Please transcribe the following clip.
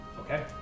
Okay